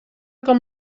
com